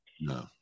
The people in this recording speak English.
No